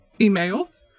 emails